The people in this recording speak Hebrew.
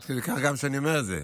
עד כדי כך שאני גם אומר את זה: